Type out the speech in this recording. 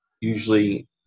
usually